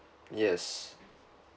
yes